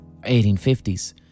1850s